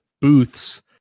booths